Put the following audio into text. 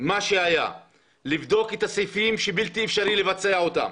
לבדוק את הסעיפים שבלתי אפשרי לבצע אותם